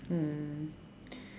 mm